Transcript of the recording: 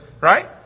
right